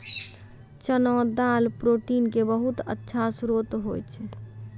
चना दाल प्रोटीन के बहुत अच्छा श्रोत होय छै